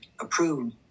approved